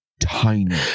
tiny